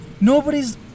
Nobody's